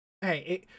Hey